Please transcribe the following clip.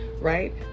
right